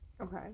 Okay